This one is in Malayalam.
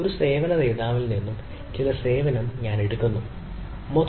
ഒരു സേവന ദാതാവിൽ നിന്ന് ചില സേവനങ്ങൾ എടുത്ത് ഞാൻ സേവനം നൽകുന്നു